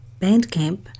Bandcamp